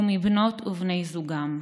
ומבנות ובני זוגם.